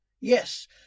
Yes